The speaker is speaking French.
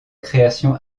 création